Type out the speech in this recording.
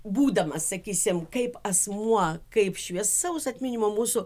būdamas sakysim kaip asmuo kaip šviesaus atminimo mūsų